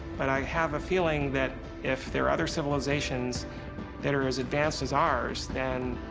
but i have a feeling that if there are other civilizations that are as advanced as ours, then